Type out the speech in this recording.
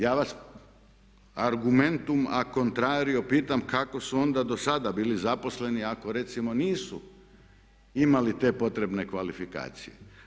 Ja vas argumentum acontrario pitam kako su onda do sada bili zaposleni ako recimo nisu imali te potrebne kvalifikacije.